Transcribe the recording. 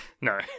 No